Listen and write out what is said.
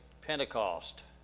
Pentecost